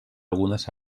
algunes